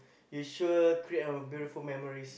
you sure create a beautiful memories